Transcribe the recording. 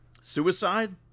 Suicide